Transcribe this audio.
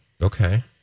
Okay